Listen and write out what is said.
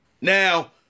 Now